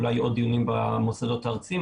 אולי עוד דיונים במוסדות הארציים,